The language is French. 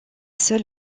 seul